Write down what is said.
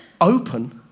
Open